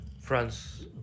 france